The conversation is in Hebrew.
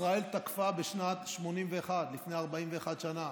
ישראל תקפה בשנת 1981, לפני 41 שנה,